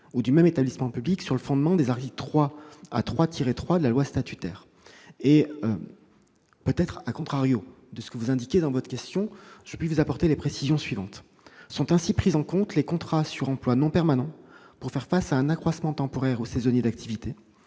ou du même établissement public sur le fondement des articles 3 à 3-3 de la loi statutaire. de ce que vous indiquez dans votre question, je veux vous apporter les précisions suivantes : sont ainsi pris en compte les contrats sur emploi non permanent pour faire face à un accroissement temporaire ou saisonnier d'activité,